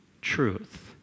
truth